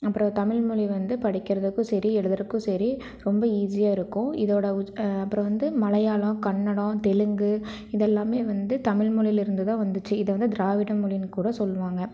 அப்புறோம் தமிழ் மொழி வந்து படிக்கிறதுக்கும் சரி எழுதறக்கும் சரி ரொம்ப ஈஸியாக இருக்கும் இதோடய உச் அப்புறோம் வந்து மலையாளம் கன்னடம் தெலுங்கு இதெல்லாமே வந்து தமிழ் மொழிலருந்து தான் வந்துச்சு இதை வந்து திராவிட மொழினு கூட சொல்லுவாங்க